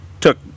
took